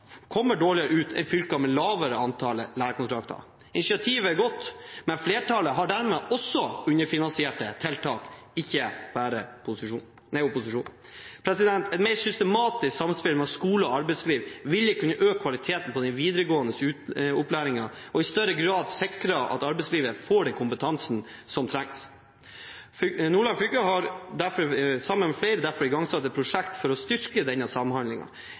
kommer dårligere ut enn fylker med lavere antall lærekontrakter. Initiativet er godt, men flertallet har dermed også underfinansierte tiltak, ikke bare opposisjonen. Et mer systematisk samspill mellom skole og arbeidsliv vil kunne øke kvaliteten på den videregående opplæringen og i større grad sikre at arbeidslivet får den kompetansen som trengs. Nordland fylke har sammen med flere derfor igangsatt et prosjekt for å styrke denne